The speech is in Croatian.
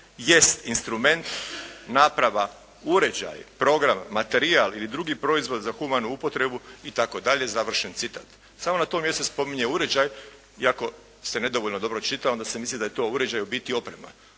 "jest instrument, naprava, uređaj, program, materijal ili drugi proizvod za humanu upotrebu itd.", završen citat. Samo na tom mjestu spominje uređaj. Ako se nedovoljno dobro čita onda se misli da je to uređaj u biti oprema.